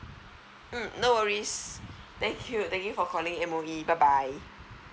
mm no worries thank you thank you for calling M_O_E bye bye